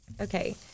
okay